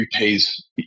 repays